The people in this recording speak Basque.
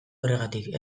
horregatik